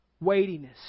Weightiness